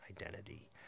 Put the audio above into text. identity